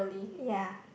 ya